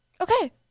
Okay